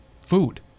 food